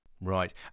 Right